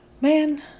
Man